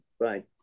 Bye